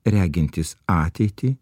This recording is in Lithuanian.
regintis ateitį